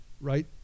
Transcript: right